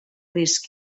risc